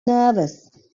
nervous